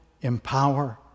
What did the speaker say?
empower